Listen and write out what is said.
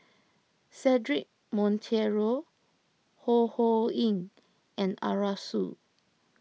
Cedric Monteiro Ho Ho Ying and Arasu